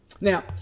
Now